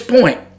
point